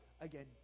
again